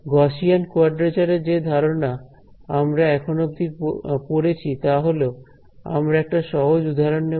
Gaussian quadrature এর যে ধারণা আমরা এখন অব্দি পড়েছি তা হল আমরা একটা সহজ উদাহরণ নেব